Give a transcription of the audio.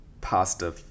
pasta